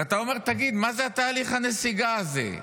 ואתה אומר: תגיד, מה זה תהליך הנסיגה הזה?